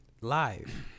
live